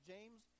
James